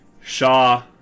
Shaw